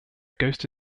ghost